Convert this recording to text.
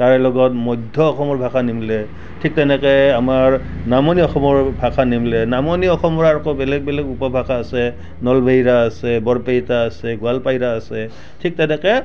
তাৰ লগত মধ্য অসমৰ ভাষা নিমিলে ঠিক তেনেকৈ আমাৰ নামনি অসমৰ ভাষা নিমিলে নামনি অসমৰ আকৌ বেলেগ বেলেগ উপভাষা আছে নলবেইৰা আছে বৰপেইটা আছে গোৱালপাইৰা আছে ঠিক তেনেকৈ